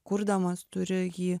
kurdamas turi jį